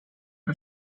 巨大